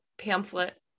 pamphlet